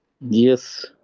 Yes